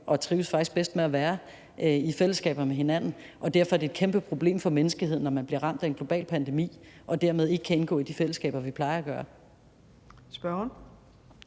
faktisk bedst med at være i selskab med hinanden. Og derfor er det et kæmpe problem for menneskeheden, når man bliver ramt af en global pandemi og dermed ikke kan indgå i de fællesskaber, vi plejer at gøre.